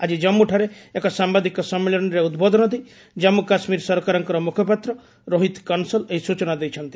ଆଜି ଜାମ୍ମୁଠାରେ ଏକ ସାମ୍ବାଦିକ ସମ୍ମିଳନୀରେ ଉଦ୍ବୋଧନ ଦେଇ ଜାମ୍ମୁ କାଶ୍ମୀର ସରକାରଙ୍କ ମୁଖପାତ୍ର ରୋହିତ କନସଲ୍ ଏହି ସ୍ଟଚନା ଦେଇଛନ୍ତି